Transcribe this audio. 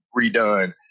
redone